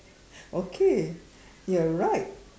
okay you're right